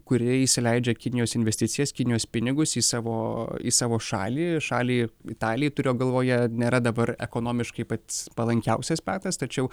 kuri įsileidžia kinijos investicijas kinijos pinigus į savo į savo šalį šalį italijai turiu galvoje nėra dabar ekonomiškai pats palankiausias metas tačiau